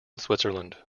switzerland